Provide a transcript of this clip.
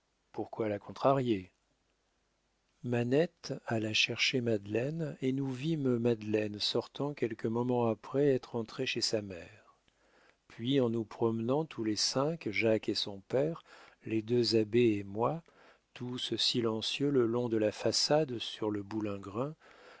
pourquoi la contrarier manette alla chercher madeleine et nous vîmes madeleine sortant quelques moments après être entrée chez sa mère puis en nous promenant tous les cinq jacques et son père les deux abbés et moi tous silencieux le long de la façade sur le boulingrin